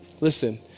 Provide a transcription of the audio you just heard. listen